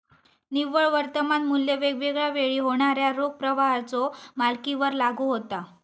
निव्वळ वर्तमान मू्ल्य वेगवेगळा वेळी होणाऱ्यो रोख प्रवाहाच्यो मालिकेवर लागू होता